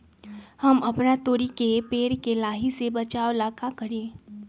हम अपना तोरी के पेड़ के लाही से बचाव ला का करी?